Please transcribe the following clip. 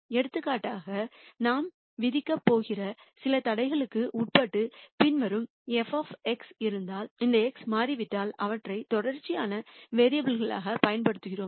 எடுத்துக்காட்டாக நாம் விதிக்கப் போகிற சில தடைகளுக்கு உட்பட்டு பின்வரும் fஇருந்தால் இந்த x மாரிவிட்டால் அவற்றை தொடர்ச்சியான வேரியபுல் களாகப் பயன்படுத்துகிறோம்